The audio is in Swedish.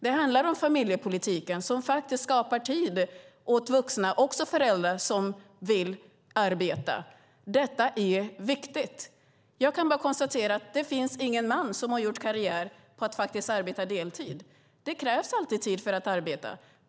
Det handlar om familjepolitiken som faktiskt skapar tid åt vuxna, också föräldrar, som vill arbeta. Detta är viktigt. Jag kan bara konstatera att det inte finns någon man som har gjort karriär på att arbeta deltid. Det krävs alltid tid för att arbeta.